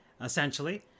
Essentially